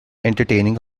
entertaining